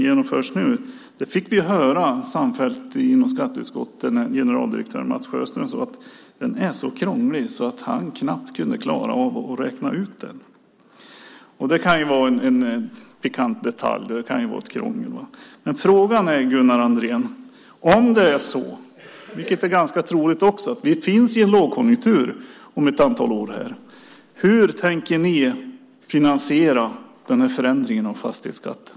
Vi fick höra samfällt i skatteutskottet av generaldirektör Mats Sjöstrand att fastighetsskatten i det förslag som nu genomförs är så krånglig att han knappt kunde klara av att räkna ut den. Det är ju en pikant detalj. Det kan vara krångel. Men frågan är, Gunnar Andrén, om vi om ett antal år har en lågkonjunktur, vilket är ganska troligt: Hur tänker ni finansiera den här förändringen av fastighetsskatten?